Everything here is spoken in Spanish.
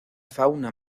fauna